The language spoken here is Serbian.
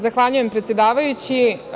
Zahvaljujem, predsedavajući.